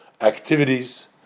activities